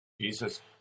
Jesus